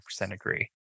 agree